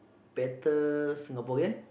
better Singaporean